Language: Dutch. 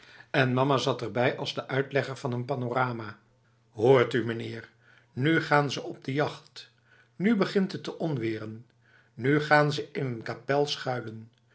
en mama zat erbij als de uitlegger van een panorama hoort u meneer nu gaan ze op de jacht nu begint het te onweren nu gaan ze in een kapel schuilen